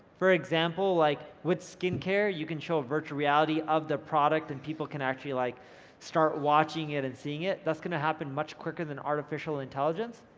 for example like with skin care you can show a virtual reality of the product and people can actually like start watching it and seeing it, that's gonna happen much quicker than artificial intelligence,